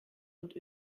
und